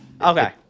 Okay